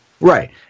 Right